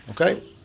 Okay